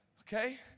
Okay